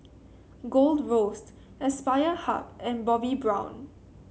Gold Roast Aspire Hub and Bobbi Brown